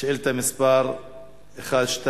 שאילתא מס' 1268: